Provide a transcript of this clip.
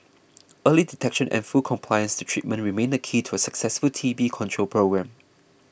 early detection and full compliance to treatment remain the key to a successful T B control programme